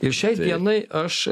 ir šiai dienai aš